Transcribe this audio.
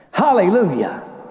Hallelujah